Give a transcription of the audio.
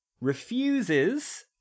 refuses